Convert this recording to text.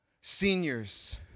Seniors